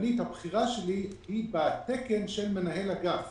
הסגנית הבכירה שלי היא בתקן של מנהל אגף